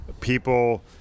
People